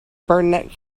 burnett